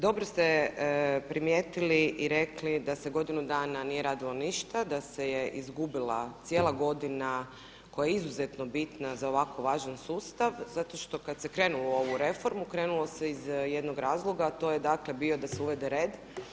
Dobro ste primijetili i rekli da se godinu dana nije radilo ništa, da se je izbila cijela godina koja je izuzetno bitna za ovako važan sustav, zato kada se krenulo u ovu reformu krenulo se iz jednog razloga, a to je bio da se uvede red.